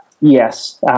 Yes